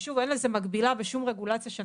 ושוב, אין לזה מקבילה בשום רגולציה.